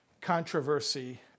controversy